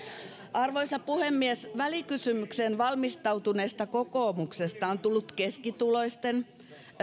arvoisa puhemies välikysymykseen valmistautuneesta kokoomuksesta on tullut keskituloisten